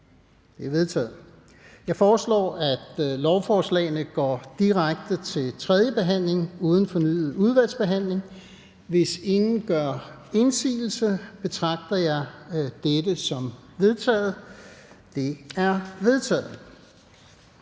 Jeg foreslår, at lovforslagene går direkte til tredje behandling uden fornyet udvalgsbehandling. Hvis ingen gør indsigelse, betragter jeg dette som vedtaget. Det er vedtaget.